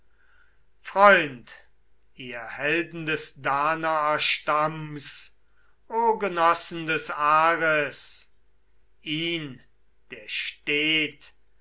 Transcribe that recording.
freund ihr helden des danaerstamms o genossen des ares ihn der steht